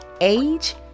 age